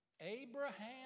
Abraham